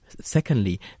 Secondly